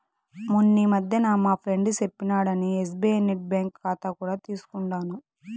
మొన్నీ మధ్యనే మా ఫ్రెండు సెప్పినాడని ఎస్బీఐ నెట్ బ్యాంకింగ్ కాతా కూడా తీసుకుండాను